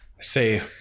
say